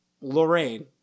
Lorraine